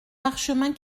parchemins